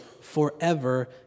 forever